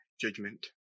judgment